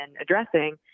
addressing